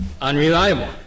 unreliable